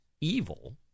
evil